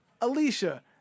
Alicia